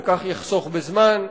וכך יחסוך זמן.